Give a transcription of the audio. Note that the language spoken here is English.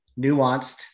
nuanced